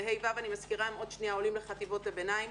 ואני מזכירה שבכיתות ה'-ו' הם עוד שנייה עולים לחטיבות הביניים.